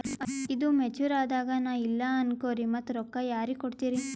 ಈದು ಮೆಚುರ್ ಅದಾಗ ನಾ ಇಲ್ಲ ಅನಕೊರಿ ಮತ್ತ ರೊಕ್ಕ ಯಾರಿಗ ಕೊಡತಿರಿ?